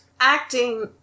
Acting